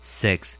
six